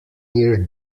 year